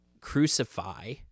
crucify